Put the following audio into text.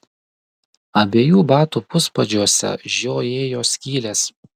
abiejų batų puspadžiuose žiojėjo skylės